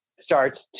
starts